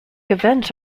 events